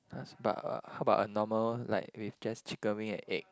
ask about uh how about a normal like with just chicken wing and egg